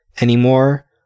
anymore